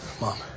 Mom